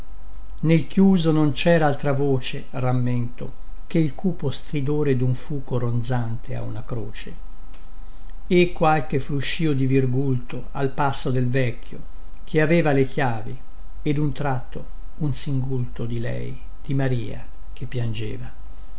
nel chiuso non cera altra voce rammento che il cupo stridore dun fuco ronzante a una croce e qualche fruscio di virgulto al passo del vecchio che aveva le chiavi e dun tratto un singulto di lei di maria che piangeva